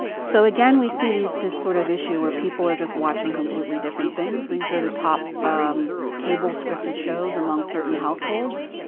so, again, we see this sort of issue where people are just watching completely different things. these are the top um cable-scripted shows among certain households.